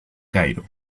cairo